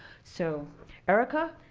so erica,